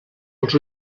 els